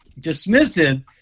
dismissive